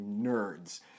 nerds